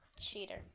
Cheater